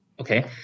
Okay